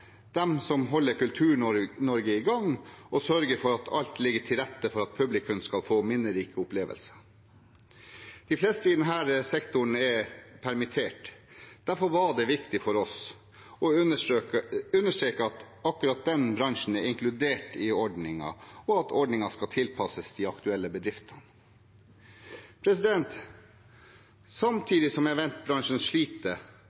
som holder Kultur-Norge i gang og sørger for at alt ligger til rette for at publikum skal få minnerike opplevelser. De fleste i denne sektoren er permittert. Derfor var det viktig for oss å understreke at akkurat den bransjen er inkludert i ordningen, og at ordningen skal tilpasses de aktuelle bedriftene. Samtidig som eventbransjen sliter,